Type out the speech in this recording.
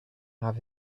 have